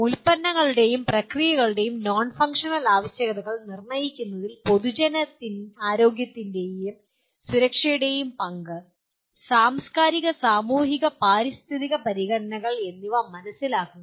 ഉൽപ്പന്നങ്ങളുടെയും പ്രക്രിയകളുടെയും non functional ആവശ്യകതകൾ നിർണ്ണയിക്കുന്നതിൽ പൊതുജനാരോഗ്യത്തിൻറെയും സുരക്ഷയുടെയും പങ്ക് സാംസ്കാരിക സാമൂഹിക പാരിസ്ഥിതിക പരിഗണനകൾ എന്നിവ മനസ്സിലാക്കുക